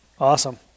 Awesome